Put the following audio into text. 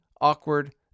awkward